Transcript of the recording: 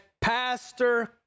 Pastor